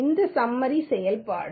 இது ஸம்மரி செயல்பாடு